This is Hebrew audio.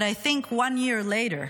But I think one year later,